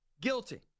guilty